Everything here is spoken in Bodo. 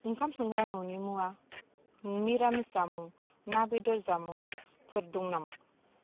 ओंखाम संग्रा न'नि मुवा मिरामिस जामुं ना बेदर जामुंफोर दं नामा